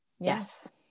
Yes